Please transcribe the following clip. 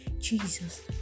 Jesus